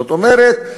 זאת אומרת,